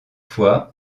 fois